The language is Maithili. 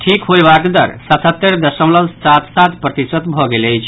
ठीक होयबाक दर सतहत्तरि दशमलव सात सात प्रतिशत भऽ गेल अछि